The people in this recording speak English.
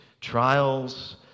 trials